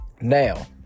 Now